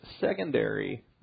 secondary